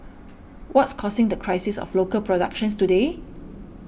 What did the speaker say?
what's causing the crisis of local productions today